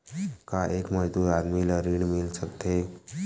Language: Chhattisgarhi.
का एक मजदूर आदमी ल ऋण मिल सकथे?